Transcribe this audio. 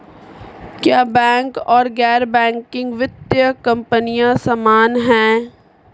क्या बैंक और गैर बैंकिंग वित्तीय कंपनियां समान हैं?